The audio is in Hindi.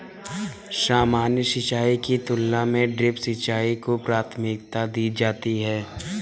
सामान्य सिंचाई की तुलना में ड्रिप सिंचाई को प्राथमिकता दी जाती है